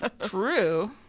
True